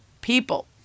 people